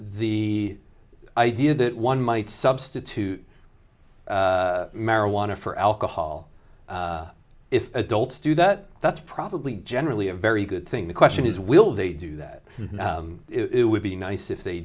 the idea that one might substitute marijuana for alcohol if adults do that that's probably generally a very good thing the question is will they do that it would be nice if they